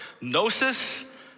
gnosis